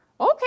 Okay